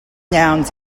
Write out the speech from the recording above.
nouns